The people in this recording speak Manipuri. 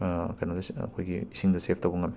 ꯀꯩꯅꯣꯗꯣ ꯑꯩꯈꯣꯏꯒꯤ ꯏꯁꯤꯡꯗ ꯁꯦꯐ ꯇꯧꯕ ꯉꯝꯃꯦ